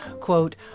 quote